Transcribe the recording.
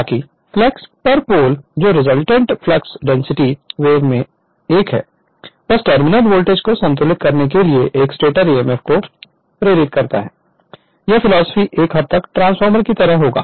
ताकि फ्लेक्स पर पोल जो रिजल्टेंट फ्लक्स डेंसिटी वेव में से एक है बस टर्मिनल वोल्टेज को संतुलित करने के लिए एक स्टेटर emf को प्रेरित करता है यह फिलॉसफी एक हद तक ट्रांसफार्मर की तरह होगा